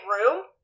room